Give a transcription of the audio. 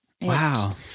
Wow